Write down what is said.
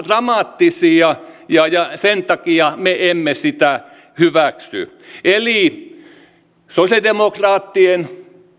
dramaattisia ja ja sen takia me emme sitä hyväksy eli sosialidemokraattien